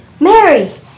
Mary